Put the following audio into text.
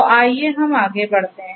तो आइए हम आगे बढ़ते हैं